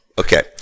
Okay